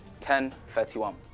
1031